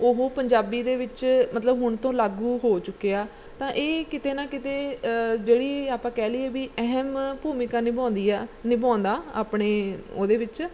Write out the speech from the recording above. ਉਹ ਪੰਜਾਬੀ ਦੇ ਵਿੱਚ ਮਤਲਬ ਹੁਣ ਤੋਂ ਲਾਗੂ ਹੋ ਚੁੱਕੇ ਆ ਤਾਂ ਇਹ ਕਿਤੇ ਨਾ ਕਿਤੇ ਜਿਹੜੀ ਆਪਾਂ ਕਹਿ ਲਈਏ ਵੀ ਅਹਿਮ ਭੂਮਿਕਾ ਨਿਭਾਉਂਦੀ ਆ ਨਿਭਾਉਂਦਾ ਆਪਣੇ ਉਹਦੇ ਵਿੱਚ